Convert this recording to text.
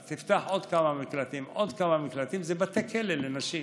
אז תפתח עוד כמה מקלטים ועוד כמה מקלטים זה בתי כלא לנשים,